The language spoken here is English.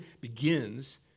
begins